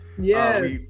yes